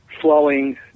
flowing